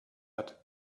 hat